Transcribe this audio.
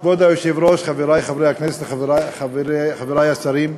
כבוד היושב-ראש, חברי חברי הכנסת, חברי השרים,